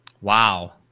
Wow